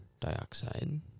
dioxide